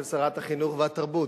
של שרת החינוך והתרבות,